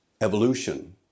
evolution